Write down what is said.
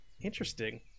Interesting